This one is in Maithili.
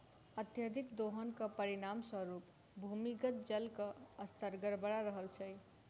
अत्यधिक दोहनक परिणाम स्वरूप भूमिगत जलक स्तर गड़बड़ा रहल छै